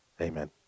Amen